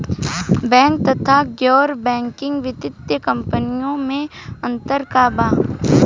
Bank तथा गैर banking वित्तीय कम्पनीयो मे अन्तर का बा?